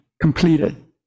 completed